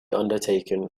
undertaken